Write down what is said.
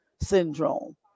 syndrome